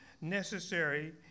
necessary